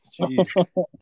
Jeez